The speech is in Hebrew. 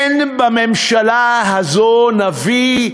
אין בממשלה הזאת נביא,